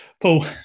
Paul